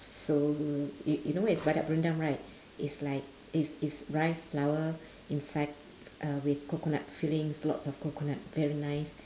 so you you know what is badak berendam right is like it's it's rice flour inside uh with coconut fillings lots of coconut very nice